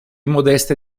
modeste